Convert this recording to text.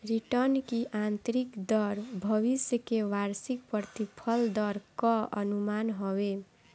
return की आतंरिक दर भविष्य के वार्षिक प्रतिफल दर कअ अनुमान हवे